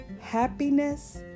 happiness